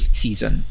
season